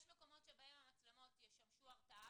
יש מקומות שבהם המצלמות ישמשו להרתעה,